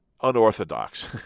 unorthodox